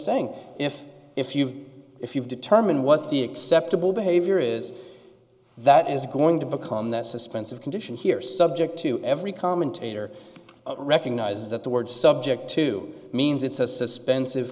saying if if you if you determine what the acceptable behavior is that is going to become that suspense of condition here subject to every commentator recognizes that the word subject to means it's a suspense of